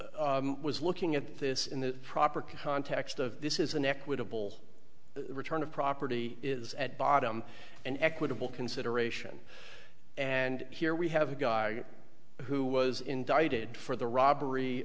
i was looking at this in the proper context of this is an equitable return of property is at bottom an equitable consideration and here we have a guy who was indicted for the robbery